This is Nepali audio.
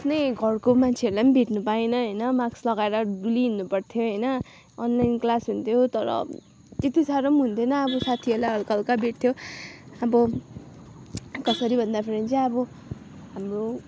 आफ्नै घरको मान्छेहरूलाई पनि भेट्नु पाइन होइन मास्क लगाएर डुलिहिँड्नु पर्थ्यो होइन अनलाइन क्लास हुन्थ्यो तर त्यति साह्रो पनि हुँदैन अब साथीहरूलाई हल्का हल्का भेट्थ्यो अब कसरी भन्दाखेरि चाहिँ अब